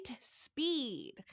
speed